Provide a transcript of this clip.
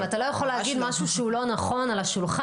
אבל אתה לא יכול להגיד משהו שהוא לא נכון על השולחן.